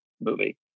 movie